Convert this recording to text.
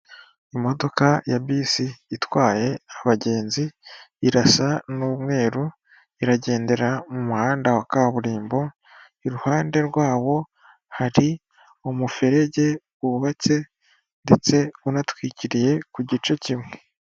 Imodoka ya bisi itwaye abagenzi irasa n'umweru, iragendera mu muhanda wa kaburimbo. Iruhande rwawo hari umuferege wubatse ndetse unatwikiriye ku gice kimwe.